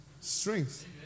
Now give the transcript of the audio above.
strength